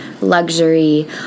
luxury